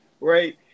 right